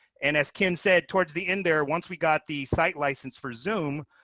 and as ken said, towards the end there, once we got the site license for zoom,